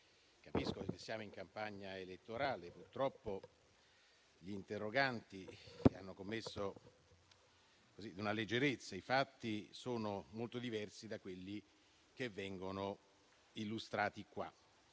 capisco che siamo in campagna elettorale, ma purtroppo gli interroganti hanno commesso una leggerezza, perché i fatti sono molto diversi da quelli che vengono illustrati in